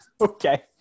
Okay